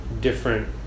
different